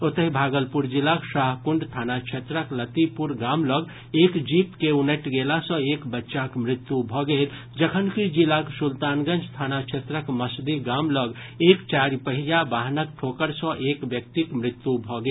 ओतहि भागलपुर जिलाक शाहकुंड थाना क्षेत्रक लतीपुर गाम लऽग एक जीप के उनटि गेला सँ एक बच्चाक मृत्यू भऽ गेल जखनकि जिलाक सुल्तानगंज थाना क्षेत्रक मसदी गाम लऽग एक चारिपहिया वाहनक ठोकर सँ एक व्यक्तिक मृत्यु भऽ गेल